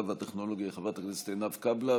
והטכנולוגיה חברת הכנסת עינב קאבלה,